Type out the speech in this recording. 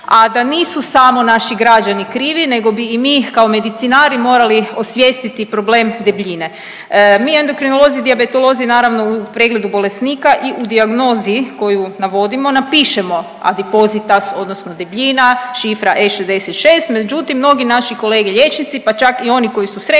a da nisu samo naši građani krivi nego bi i mi kao medicinari morali osvijestiti problem debljine. Mi endokrinolozi i dijabetolozi naravno u pregledu bolesnika i u dijagnozi koju navodimo napišemo adipositas odnosno debljina, šifra E66, međutim mnogi naši kolege liječnici, pa čak i oni koji susreću